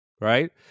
right